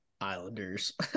Islanders